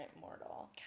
mortal